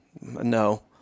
no